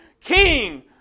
king